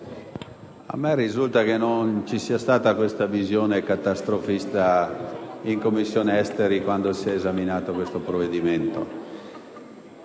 non risulta che ci sia stata questa visione catastrofista in Commissione esteri quando si è esaminato il provvedimento.